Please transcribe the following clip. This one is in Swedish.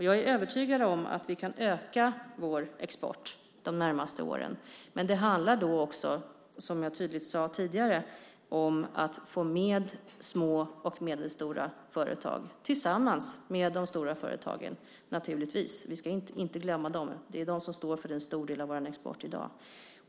Jag är övertygad om att vi kan öka vår export de närmaste åren, men det handlar då också, som jag tydligt sade tidigare, om att få med små och medelstora företag - tillsammans med de stora företagen naturligtvis. Vi ska inte glömma dem; det är de som står för en stor del av vår export i dag.